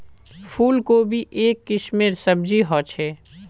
फूल कोबी एक किस्मेर सब्जी ह छे